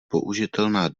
použitelná